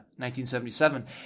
1977